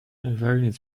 variant